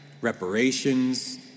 reparations